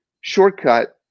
shortcut